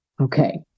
Okay